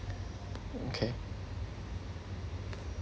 okay